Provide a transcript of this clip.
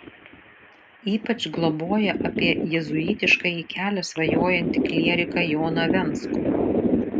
ypač globoja apie jėzuitiškąjį kelią svajojantį klieriką joną venckų